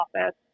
office